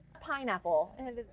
Pineapple